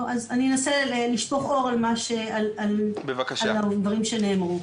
אני אנסה לשפוך אור על הדברים שנאמרו.